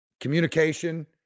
communication